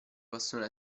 possono